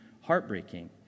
heartbreaking